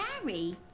Harry